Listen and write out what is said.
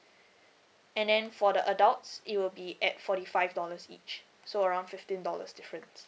and then for the adults it will be at forty five dollars each so around fifteen dollars difference